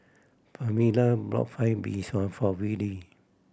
Pamela brought Fried Mee Sua for Wiley